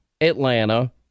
Atlanta